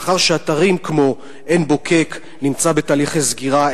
לאחר שאתר כמו עין-בוקק נמצא בתהליכי סגירה,